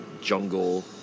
jungle